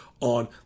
on